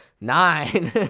Nine